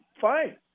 fine